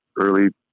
early